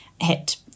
hit